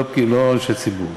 לא אנשי ציבור,